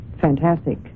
fantastic